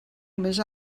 més